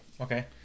okay